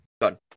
Done